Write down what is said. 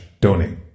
donate